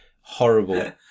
horrible